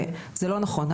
וזה לא נכון,